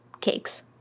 cakes